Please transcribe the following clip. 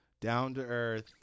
down-to-earth